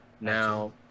Now